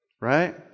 Right